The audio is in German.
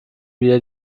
wieder